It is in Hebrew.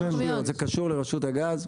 זה קשור לרשות הגז.